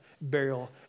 burial